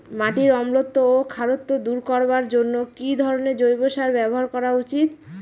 মাটির অম্লত্ব ও খারত্ব দূর করবার জন্য কি ধরণের জৈব সার ব্যাবহার করা উচিৎ?